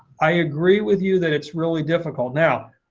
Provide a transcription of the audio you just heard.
i agree with you that it's really difficult. now,